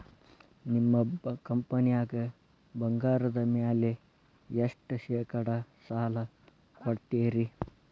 ನಿಮ್ಮ ಕಂಪನ್ಯಾಗ ಬಂಗಾರದ ಮ್ಯಾಲೆ ಎಷ್ಟ ಶೇಕಡಾ ಸಾಲ ಕೊಡ್ತಿರಿ?